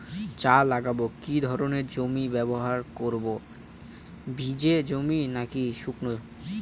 চা লাগাবো কি ধরনের জমি ব্যবহার করব ভিজে জমি নাকি শুকনো?